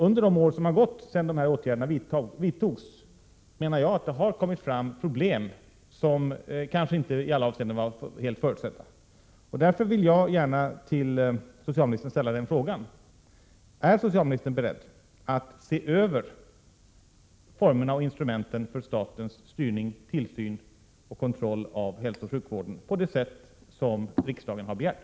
Under de år som har gått sedan de åtgärderna vidtogs menar jag att det har kommit fram problem som kanske inte i alla avseenden var förutsedda. Därför vill jag gärna fråga socialministern om hon är beredd att se över formerna och instrumenten för statens styrning, tillsyn och kontroll av hälsooch sjukvården på det sätt som riksdagen har begärt.